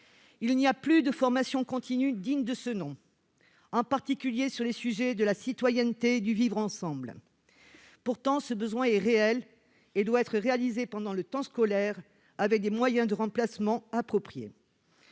Il n'y a plus de formation continue digne de ce nom, en particulier s'agissant de la citoyenneté et du vivre ensemble. Pourtant, le besoin est réel. Il faut des dispositions effectives pendant le temps scolaire, avec des moyens de remplacement appropriés.